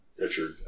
Richard